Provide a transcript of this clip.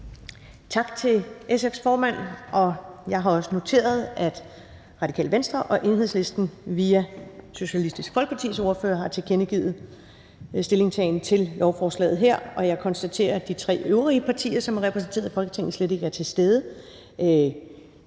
Tak til SF's ordfører. Jeg har noteret, at Radikale Venstre og Enhedslisten via Socialistisk Folkepartis ordfører har tilkendegivet deres stillingtagen til lovforslaget her, og jeg konstaterer, at de tre øvrige partier, som er repræsenteret i Folketinget, slet ikke er til stede.